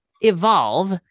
evolve